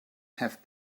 have